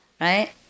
Right